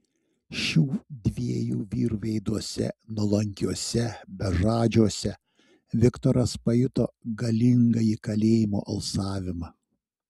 šių dviejų vyrų veiduose nuolankiuose bežadžiuose viktoras pajuto galingąjį kalėjimo alsavimą